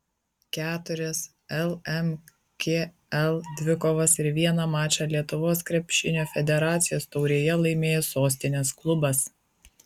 keturias lmkl dvikovas ir vieną mačą lietuvos krepšinio federacijos taurėje laimėjo sostinės klubas